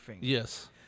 Yes